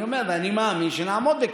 אני אומר: ואני מאמין שנעמוד בכך.